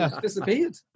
Disappeared